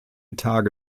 tage